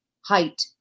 height